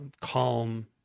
calm